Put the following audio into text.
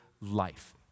life